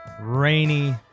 rainy